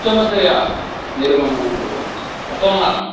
उत्तमतया निर्वहणं कुर्वन्ति अतः